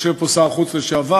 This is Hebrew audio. יושב פה שר חוץ לשעבר.